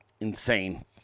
Insane